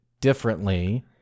differently